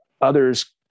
others